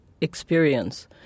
experience